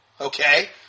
okay